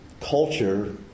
culture